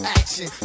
action